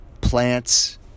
Plants